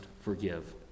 forgive